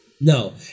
No